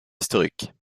historiques